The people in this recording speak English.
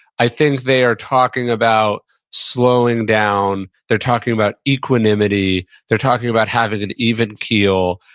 i think they are talking about slowing down. they're talking about equanimity. they're talking about having an even keel.